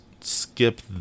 skip